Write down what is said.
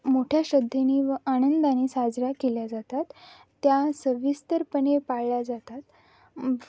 मोठ्या श्रद्धेने व आनंदाने साजरा केल्या जातात त्या सविस्तरपणे पाळल्या जातात